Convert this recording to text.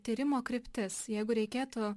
tyrimo kryptis jeigu reikėtų